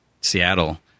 Seattle